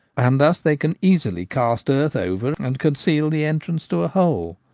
and thus they can easily cast earth over and conceal the entrance to a hole.